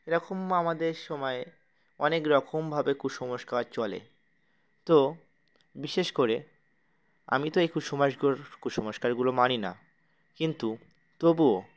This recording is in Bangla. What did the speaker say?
এরকম আমাদের সময়ে অনেক রকমভাবে কুসংস্কার চলে তো বিশেষ করে আমি তো এই কুসমস কুসসংস্কারগুলো মানি না কিন্তু তবুও